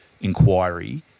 inquiry